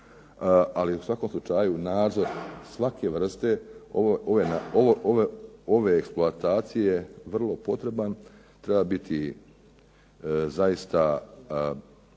ali u svakom slučaju nadzor svake vrste ove eksploatacije je vrlo potreban, treba biti zaista